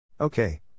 Okay